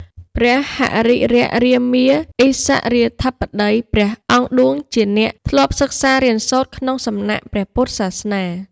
ព្រះហរិរក្សរាមាឥស្សរាធិបតីព្រះអង្គឌួងជាអ្នកធ្លាប់សិក្សារៀនសូត្រក្នុងសំណាក់ព្រះពុទ្ធសាសនា។